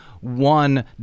One